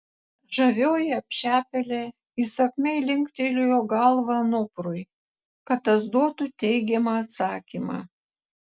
žavioji apšepėlė įsakmiai linktelėjo galva anuprui kad tas duotų teigiamą atsakymą